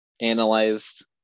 analyzed